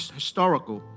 historical